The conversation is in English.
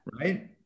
Right